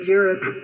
Europe